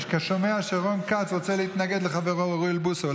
אני שומע שרון כץ רוצה להתנגד לחברו אוריאל בוסו.